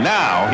now